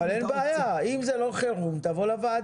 אבל אין בעיה, אם זה לא חירום, תבוא לוועדה.